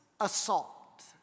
assault